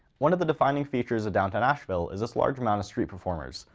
one of the defining features of downtown asheville is its large amount of street performers,